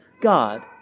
God